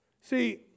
See